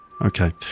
Okay